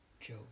Joe